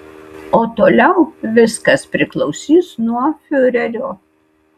o toliau viskas priklausys nuo fiurerio